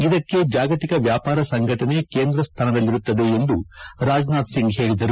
ಇದಕ್ಕೆ ಜಾಗತಿಕ ವ್ಯಾಪಾರ ಸಂಘಟನೆ ಕೇಂದ್ರಸ್ಥಾನದಲ್ಲಿರುತ್ತದೆ ಎಂದು ರಾಜನಾಥ್ ಸಿಂಗ್ ಹೇಳಿದರು